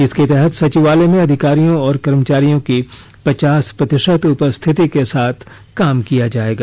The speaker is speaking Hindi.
इसके तहत सचिवालय में अधिकारियों और कर्मचारियों की पचास प्रतिशत उपस्थिति के साथ काम किया जाएगा